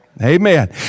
Amen